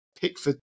Pickford